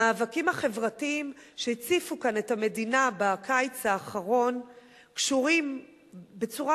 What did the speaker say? המאבקים החברתיים שהציפו כאן את המדינה בקיץ האחרון קשורים בצורה